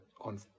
on